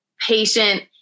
patient